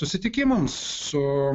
susitikimams su